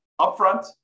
upfront